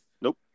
Nope